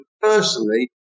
personally